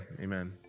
amen